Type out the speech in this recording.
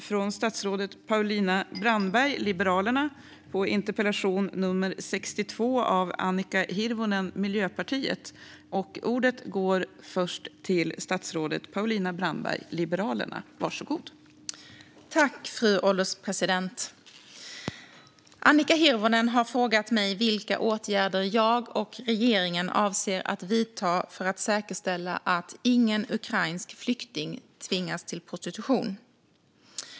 Fru ålderspresident! Annika Hirvonen har frågat mig vilka åtgärder jag och regeringen avser att vidta för att säkerställa att ingen ukrainsk flykting tvingas till prostitution.